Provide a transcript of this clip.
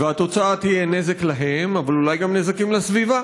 והתוצאה תהיה נזק להם, אבל אולי גם נזקים לסביבה